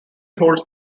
holds